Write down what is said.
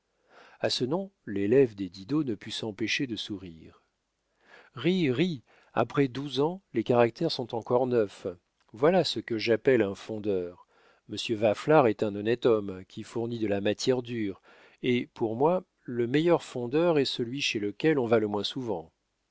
a ce nom l'élève des didot ne put s'empêcher de sourire ris ris après douze ans les caractères sont encore neufs voilà ce que j'appelle un fondeur monsieur vaflard est un honnête homme qui fournit de la matière dure et pour moi le meilleur fondeur est celui chez lequel on va le moins souvent